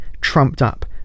trumped-up